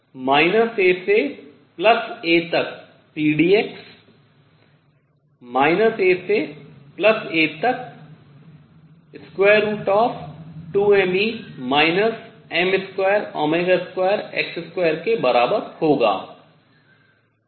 तो A से A तक pdx A से A तक √ के बराबर होगा